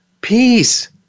Peace